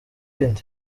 ibindi